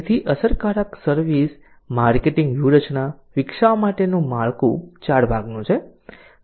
તેથી અસરકારક service marketing વ્યૂહરચના વિકસાવવા માટેનું માળખું 4 ભાગનું છે